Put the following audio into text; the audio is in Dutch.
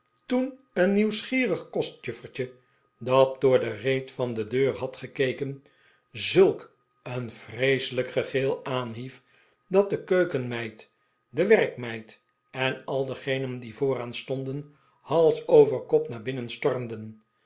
toen een nieuwsgierig kostjuffertje dat door de reet van de deur had gekeken zulk een vreeselijk gegil aanhief dat de keukenmeid de werkmeid en al degenen die vooraan stonden hals over kop naar binnen